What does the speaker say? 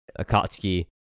Akatsuki